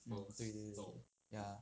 mm 对对对对 ya